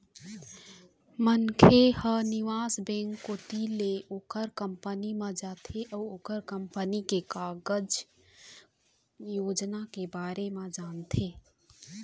मनखे ह निवेश बेंक कोती ले ओखर कंपनी म जाथे अउ ओखर कंपनी के कारज योजना के बारे म जानथे